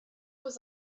was